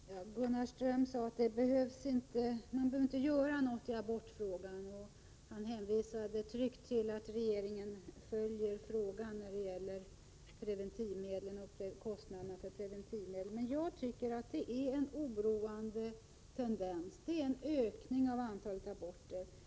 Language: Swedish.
Fru talman! Gunnar Ström sade att man inte behöver göra något i abortfrågan och hänvisade tryggt till att regeringen följer frågan när det gäller preventivmedelsrådgivning och kostnaderna för preventivmedlen. Men jag tycker att det är en oroande tendens med ökningen av antalet aborter.